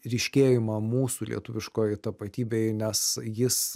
ryškėjimą mūsų lietuviškoj tapatybėj nes jis